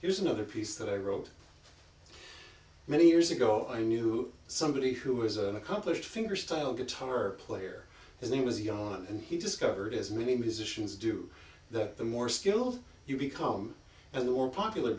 there's another piece that i wrote many years ago i knew somebody who is an accomplished fingerstyle guitar player his name was yard and he discovered as many musicians do that the more skilled you become and the more popular